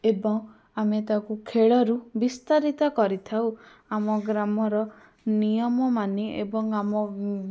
ଏବଂ ଆମେ ତାକୁ ଖେଳରୁ ବିସ୍ତାରିତ କରିଥାଉ ଆମ ଗ୍ରାମର ନିୟମ ମାନି ଏବଂ ଆମ